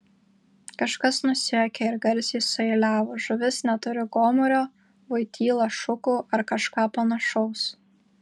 kažkas nusijuokė ir garsiai sueiliavo žuvis neturi gomurio voityla šukų ar kažką panašaus